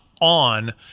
on